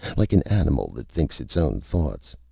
like an animal that thinks its own thoughts.